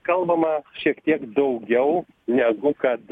kalbama šiek tiek daugiau negu kad